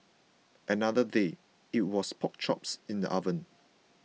another day it was pork chops in the oven